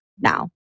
now